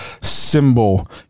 symbol